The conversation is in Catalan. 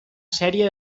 sèrie